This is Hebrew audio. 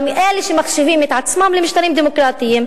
גם אלה שמחשיבים את עצמם למשטרים דמוקרטיים,